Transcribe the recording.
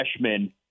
freshman